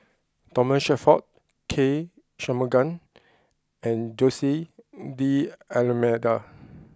Thomas Shelford K Shanmugam and Jose D'almeida